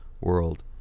world